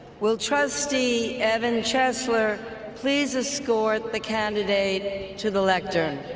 will trustee evan chesler please escort the candidate to the lectern?